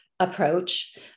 approach